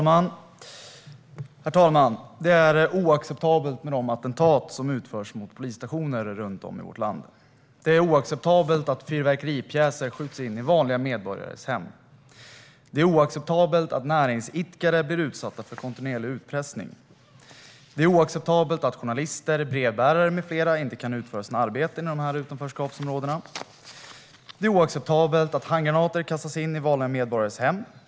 Herr talman! Det är oacceptabelt med de attentat som utförs mot polisstationer runt om i vårt land. Det är oacceptabelt att fyrverkeripjäser skjuts in i vanliga medborgares hem. Det är oacceptabelt att näringsidkare blir utsatta för kontinuerlig utpressning. Det är oacceptabelt att journalister, brevbärare med flera inte kan utföra sina arbeten i utanförskapsområdena. Det är oacceptabelt att handgranater kastas in i vanliga medborgares hem.